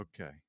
Okay